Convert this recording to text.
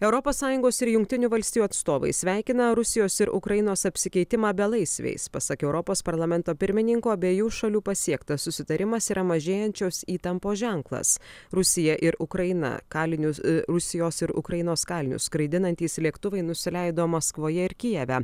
europos sąjungos ir jungtinių valstijų atstovai sveikina rusijos ir ukrainos apsikeitimą belaisviais pasak europos parlamento pirmininko abiejų šalių pasiektas susitarimas yra mažėjančios įtampos ženklas rusija ir ukraina kalinius rusijos ir ukrainos kalinius skraidinantys lėktuvai nusileido maskvoje ir kijeve